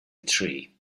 tree